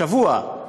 השבוע,